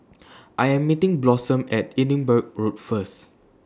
I Am meeting Blossom At Edinburgh Road First